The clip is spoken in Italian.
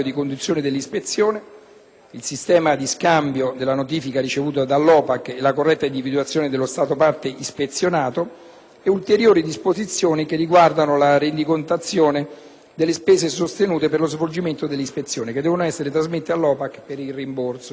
e ulteriori disposizioni che riguardano la rendicontazione delle spese sostenute per lo svolgimento dell'ispezione che deve essere trasmessa all'OPAC per il rimborso. Nel caso in cui l'ispezione rilevasse la non fondatezza degli elementi della richiesta di ispezione valutata dall'OPAC,